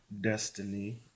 Destiny